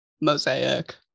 mosaic